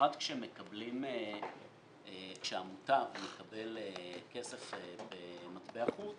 במיוחד כשהמוטב מקבל כסף במטע חוץ